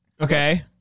Okay